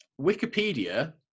Wikipedia